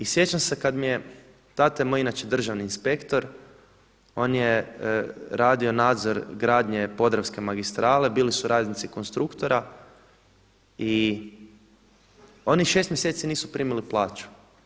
I sjećam se kada mi je, tata je moj inače državni inspektor, on je radio nadzor gradnje podravske magistrale, bili su radnici Konstruktora i oni 6 mjeseci nisu primili plaću.